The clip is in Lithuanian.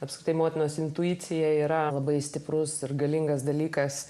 apskritai motinos intuicija yra labai stiprus ir galingas dalykas